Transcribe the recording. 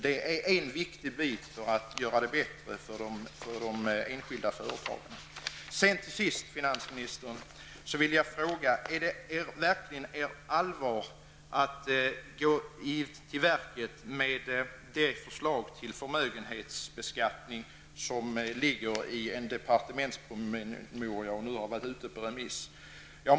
Det är en viktig bit när det gäller att göra det bättre för de enskilda företagarna. Till sist, herr statsråd, vill jag fråga om det verkligen är ert allvar att gå till verket med det förslag till förmögenhetsbeskattning som ligger i en departementspromemoria och nu har varit ute på remiss.